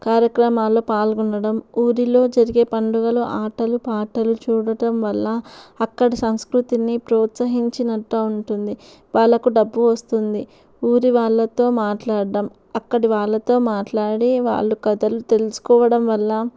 కార్యక్రమాలు పాల్గొనడం ఊరిలో జరిగే పండుగలు ఆటలు పాటలు చూడటం వల్ల అక్కడ సంస్కృతిని ప్రోత్సహించినట్లు ఉంటుంది వాళ్ళకు డబ్బు వస్తుంది ఊరి వాళ్ళతో మాట్లాడ్డం అక్కడి వాళ్లతో మాట్లాడి వాళ్ళు కథలు తెలుసుకోవడం వల్ల